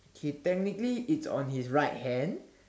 okay technically it's on his right hand